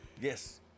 yes